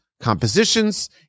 compositions